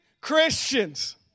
Christians